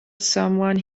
someone